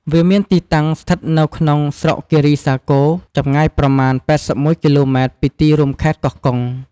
វាមានទីតាំងស្ថិតនៅក្នុងស្រុកគិរីសាគរ ចម្ងាយប្រមាណ ៨១ គីឡូម៉ែត្រពីទីរួមខេត្តកោះកុង។